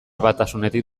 batasunetik